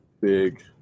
Big